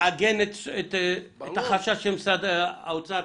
תעגן את החשש של משרד האוצר,